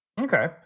Okay